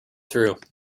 through